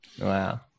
Wow